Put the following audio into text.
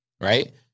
right